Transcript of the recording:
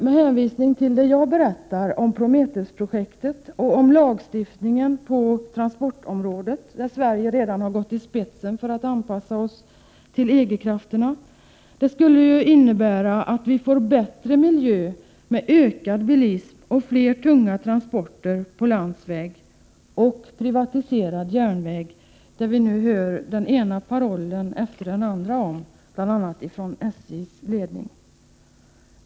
Med hänvisning till det jag har berättat om Prometheusprojektet och om lagstiftningen på transportområdet, där Sverige redan har gått i spetsen för att anpassa sig till EG-krafterna, skulle det innebära att vi får bättre miljö med ökad bilism och fler tunga transporter på landsväg samt med privatiserad järnväg, vilket vi nu hör den ena parollen efter den andra om från bl.a. SJ:s ledning.